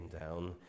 down